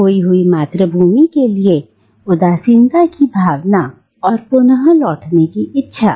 खोई हुई मातृभूमि के लिए उदासीनता की भावना और पुनः लौटने की इच्छा